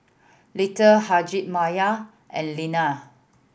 Little Hjalmar and Lena